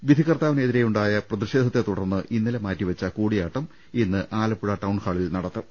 വിധികർത്താവിനെതിരെയുണ്ടായ പ്രതിഷേധത്തെ തുടർന്ന് ഇന്നലെ മാറ്റിവെച്ച കൂടിയാട്ടം ഇന്ന് ആലപ്പുഴ ടൌൺഹാ ളിൽ നടത്തും